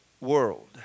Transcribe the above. world